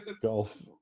Golf